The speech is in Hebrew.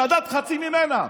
שדד חצי ממנה,